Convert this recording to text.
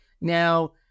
now